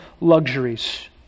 luxuries